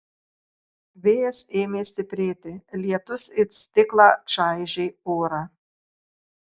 vėjas ėmė stiprėti lietus it stiklą čaižė orą